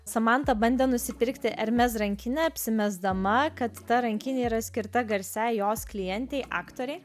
samanta bandė nusipirkti rankinė apsimesdama kad ta rankinė yra skirta garsiai jos klientei aktoriai